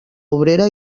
obrera